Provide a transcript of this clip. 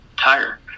tire